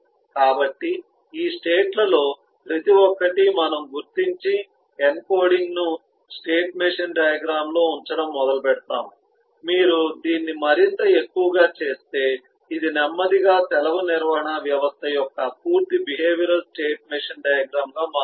కాబట్టి ఈ స్టేట్ లలో ప్రతి ఒక్కటి మనము గుర్తించి ఎన్కోడింగ్ను స్టేట్ మెషీన్ డయాగ్రమ్ లో ఉంచడం మొదలుపెడతాము మీరు దీన్ని మరింత ఎక్కువగా చేస్తే ఇది నెమ్మదిగా సెలవు నిర్వహణ వ్యవస్థ యొక్క పూర్తి బిహేవియరల్ స్టేట్ మెషీన్ డయాగ్రమ్ గా మారుతుంది